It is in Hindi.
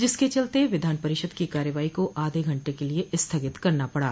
जिसके चलते विधान परिषद की कार्यवाही को आधे घंटे के लिये स्थगित करना पडा